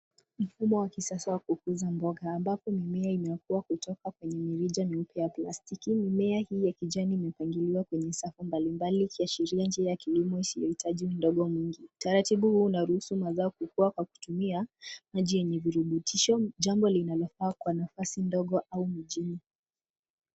Mfumo wa kisasa wa kukuza mboga, ambapo mimea imekuwa kutoka kwenye mirija mieupe ya plastiki. Mimea hii ya kijani imepangiliwa kwenye safu mbalimbali ikiashiria njia ya kilimo isiyohitaji udongo mwingi. Utaratibu huu unaruhusu mazao kukua kwa kutumia, maji yenye virutubisho. Jambo linalofaa kwa nafasi ndogo au mjini.